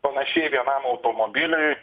panašiai vienam automobiliui